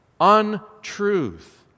Untruth